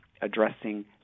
addressing